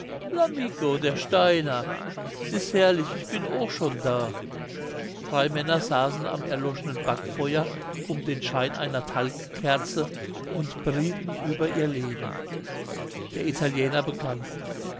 der steiner s is herrlich ich bin ooch schon da drei männer saßen am erloschenen backfeuer um den schein einer talgkerze und berieten über ihr leben der italiener begann